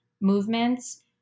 movements